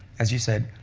as you said,